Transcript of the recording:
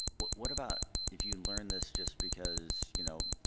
what what about if you learn this just because, you know,